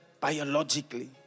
biologically